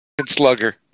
Slugger